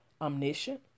omniscient